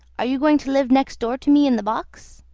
are you going to live next door to me in the box?